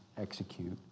execute